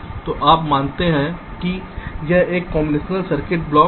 तो आप मानते हैं कि यह एक कांबिनेशनल सर्किट ब्लॉक है